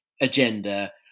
agenda